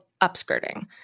upskirting